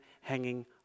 hanging